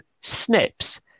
snips